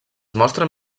mostren